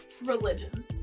religion